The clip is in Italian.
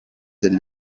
del